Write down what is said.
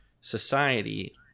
society